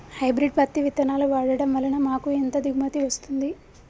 Hybrid పత్తి విత్తనాలు వాడడం వలన మాకు ఎంత దిగుమతి వస్తుంది?